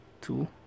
two